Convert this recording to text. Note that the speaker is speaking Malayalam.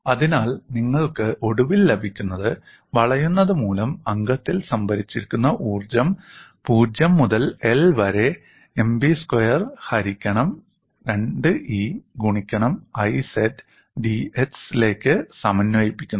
അതിനാൽ നിങ്ങൾക്ക് ഒടുവിൽ ലഭിക്കുന്നത് വളയുന്നതുമൂലം അംഗത്തിൽ സംഭരിച്ചിരിക്കുന്ന ഊർജ്ജം 0 മുതൽ L വരെ 'Mb സ്ക്വയർ ഹരിക്കണം 2E ഗുണിക്കണം Iz' dx ലേക്ക് സമന്വയിപ്പിക്കുന്നു